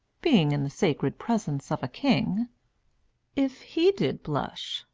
being in the sacred presence of a king if he did blush,